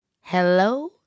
hello